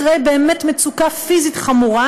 אחרי באמת מצוקה פיזית חמורה,